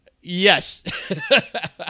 Yes